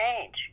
change